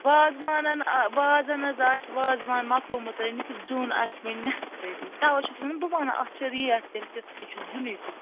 وازٕوانن وازن حظ آسہِ وازٕوان مۅکلومُت رٔنِتھ تہٕ زیُن آسہِ وُنہِ نٮ۪صف تٔتی تَوے چھسَو نا بہٕ وَنان اَتھ چھِ ریٹ تیٚلہِ تِژھ ہِش زِینٕچ ہِش